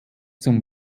zum